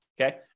Okay